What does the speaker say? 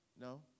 no